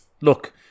look